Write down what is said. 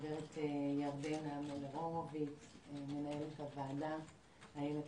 הגברת ירדנה מלר הורוביץ ולמנהלת הוועדה איילת